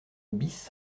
bis